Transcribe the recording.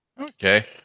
Okay